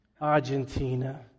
Argentina